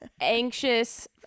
anxious